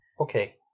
Okay